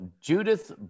Judith